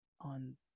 on